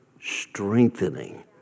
strengthening